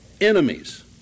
enemies